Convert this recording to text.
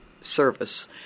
service